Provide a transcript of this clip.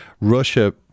Russia